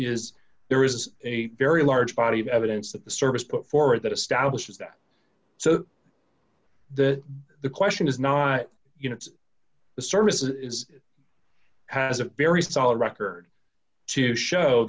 is there is a very large body of evidence that the service before that establishes that so the the question is not you know the service is has a very solid record to show